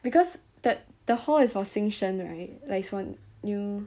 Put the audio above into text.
because that the hall is for 新生 right like it's what new